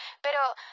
pero